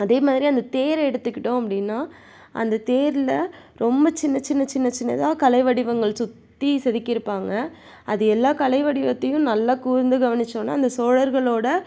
அதேமாதிரி அந்த தேர் எடுத்துக்கிட்டோம் அப்படின்னா அந்த தேரில் ரொம்ப சின்ன சின்ன சின்ன சின்னதாக கலை வடிவங்கள் சுற்றி செதிக்கிருப்பாங்க அது எல்லா கலை வடிவத்தையும் நல்லா கூர்ந்து கவனிச்சோன்னா அந்த சோழர்களோட